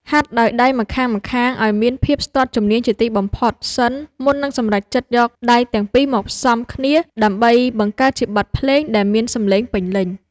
ហាត់ដោយដៃម្ខាងៗឱ្យមានភាពស្ទាត់ជំនាញជាទីបំផុតសិនមុននឹងសម្រេចចិត្តយកដៃទាំងពីរមកផ្សំគ្នាដើម្បីបង្កើតជាបទភ្លេងដែលមានសម្លេងពេញលេញ។